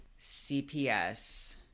CPS